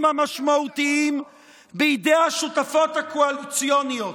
המשמעותיים בידי השותפות הקואליציוניות?